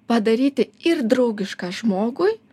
padaryti ir draugišką žmogui